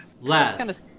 Last